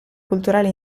culturale